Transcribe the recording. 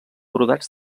brodats